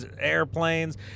airplanes